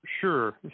Sure